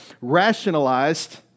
rationalized